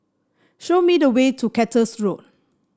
show me the way to Cactus Road